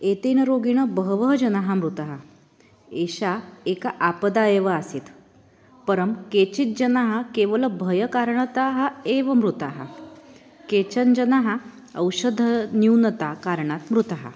एतेन रोगेण बहवः जनाः मृताः एषा एका आपद् एव आसीत् परं केचिज्जनाः केवलं भयकारणतः एव मृताः केचन जनाः औषधन्यूनतायाः कारणात् मृताः